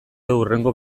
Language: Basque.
hurrengo